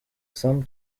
some